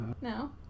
No